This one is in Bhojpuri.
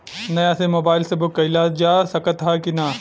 नया सिम मोबाइल से बुक कइलजा सकत ह कि ना?